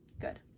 Good